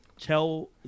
tell